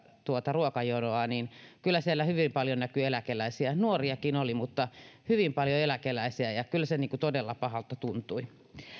ruokajonoa kyllä siellä hyvin paljon näkyi eläkeläisiä nuoriakin oli mutta hyvin paljon eläkeläisiä ja kyllä se todella pahalta tuntui